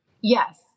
Yes